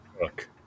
Look